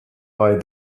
bei